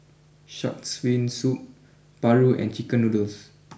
shark's Fin Soup Paru and Chicken Noodles